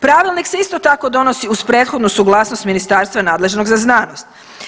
Pravilnik se isto tako donosi uz prethodnu suglasnost ministarstva nadležnog za znanost.